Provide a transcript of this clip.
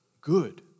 good